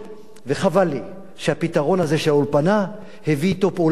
וחבל לי שהפתרון הזה של האולפנה הביא אתו פעולת תגמול